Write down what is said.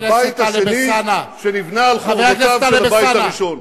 הבית הלאומי שנבנה על חורבותיו של בית ראשון.